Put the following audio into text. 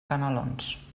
canelons